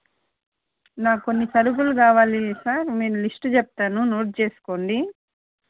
నాకు కొన్ని సరుకులు కావాలి సార్ నేను లిస్ట్ చెప్తాను నోట్ చేసుకోండి